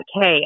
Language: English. Hey